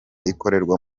ikorerwa